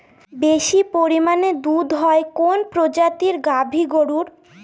বেশি পরিমানে দুধ হয় কোন প্রজাতির গাভি গরুর?